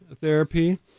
therapy